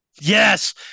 Yes